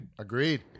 Agreed